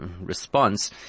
response